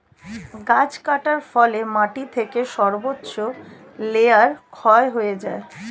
গাছ কাটার ফলে মাটি থেকে সর্বোচ্চ লেয়ার ক্ষয় হয়ে যায়